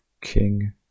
King